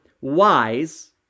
wise